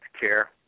care